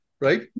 Right